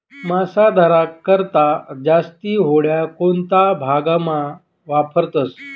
मासा धरा करता जास्ती होड्या कोणता भागमा वापरतस